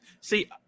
see